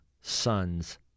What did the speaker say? sons